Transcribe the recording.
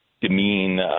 demean